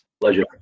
Pleasure